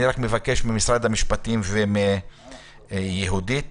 אני רק מבקש ממשרד המשפטים ומיהודית קאופמן,